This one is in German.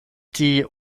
die